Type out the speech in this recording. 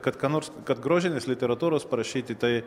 kad ką nors kad grožinės literatūros parašyti tai